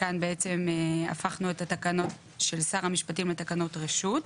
שבו הפכנו את התקנות של שר המשפטים לתקנות רשות,